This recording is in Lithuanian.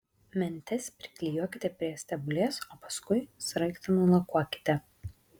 mentes priklijuokite prie stebulės o paskui sraigtą nulakuokite